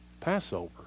Passover